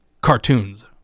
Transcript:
cartoons